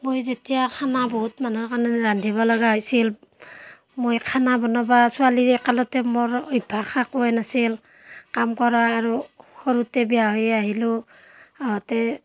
মই যেতিয়া খানা বহুত মানুহৰ কাৰণে ৰান্ধিব লগা হৈছিল মই খানা বনাব ছোৱালীকালতে মোৰ অভ্যাস একোৱেই নাছিল কাম কৰা আৰু সৰুতেই বিয়া হৈ আহিলোঁ আহোঁতে